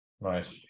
right